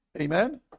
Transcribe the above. Amen